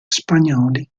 spagnoli